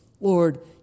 Lord